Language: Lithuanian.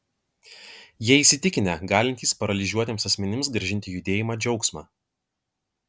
jie įsitikinę galintys paralyžiuotiems asmenims grąžinti judėjimą džiaugsmą